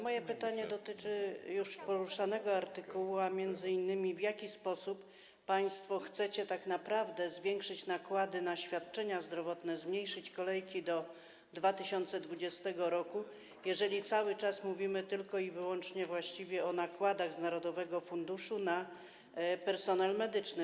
Moje pytanie dotyczy już poruszanego artykułu, m.in. w jaki sposób państwo chcecie tak naprawdę zwiększyć nakłady na świadczenia zdrowotne, zmniejszyć kolejki do 2020 r., jeżeli cały czas mówimy tylko i wyłącznie o nakładach z narodowego funduszu na personel medyczny.